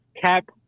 Cap